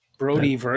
Brody